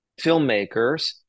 filmmakers